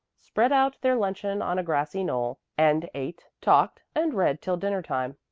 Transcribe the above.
spread out their luncheon on a grassy knoll, and ate, talked, and read till dinner time.